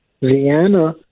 Vienna